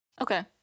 Okay